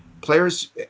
Players